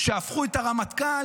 הפכו את הרמטכ"ל,